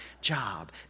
job